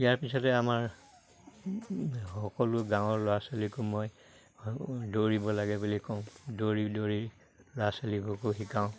ইয়াৰ পিছতে আমাৰ সকলো গাঁৱৰ ল'ৰা ছোৱালীকো মই দৌৰিব লাগে বুলি কওঁ দৌৰি দৌৰি ল'ৰা ছোৱালীবোৰকো শিকাওঁ